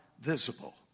visible